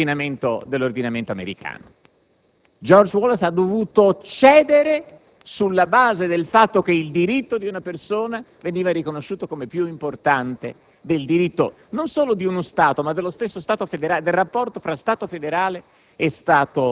dell'ordinamento americano. George Wallace ha dovuto cedere sulla base del fatto che il diritto di una persona veniva riconosciuto come più importante del diritto non solo di uno Stato, ma dello stesso Stato federale e del rapporto tra Stato federale